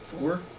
Four